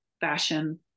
fashion